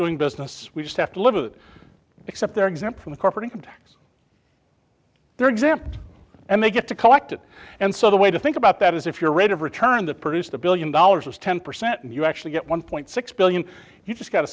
doing business we just have to live with it except they're exempt from the corporate income tax they're exempt and they get to collect it and so the way to think about that is if your rate of return that produced a billion dollars is ten percent and you actually get one point six billion you just got a